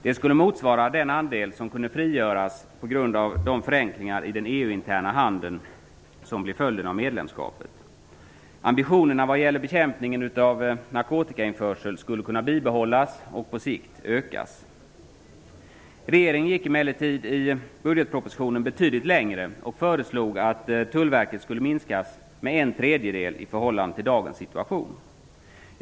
Det skulle motsvara den andel som kunde frigöras på grund av de förenklingar i den EU-interna handeln som blir följden av medlemskapet. Ambitionerna vad gäller bekämpning av narkotikainförsel skulle kunna bibehållas och på sikt ökas. Regeringen gick emellertid i budgetpropositionen betydligt längre och föreslog att Tullverket skulle minskas med en tredjedel i förhållande till dagens situation.